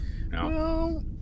No